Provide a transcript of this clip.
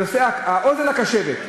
ולכן האוזן הקשבת,